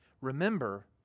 Remember